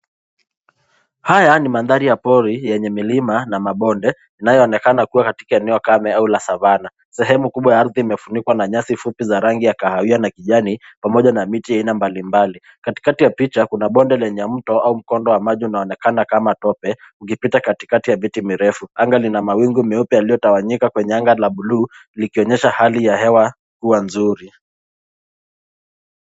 Haya ni mandhari ya pori yenye milima na mabonde inayoonekana kuwa katika eneo kame au la Savanna, sehemu kubwa ya ardhi imefunikwa na nyasi fupi za rangi ya kahawia na kijani pamoja na miti ya aina mbalimbali. Katikati ya picha kuna bonde lenye mto au mkondo wa maji unao onekana kama tope ukipita katikati ya miti mirefu, anga lina mawingu meupe iliyotawanyika kwenye anga la buluu likionyesha hali ya hewa kuwa nzuri.